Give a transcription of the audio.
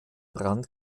brand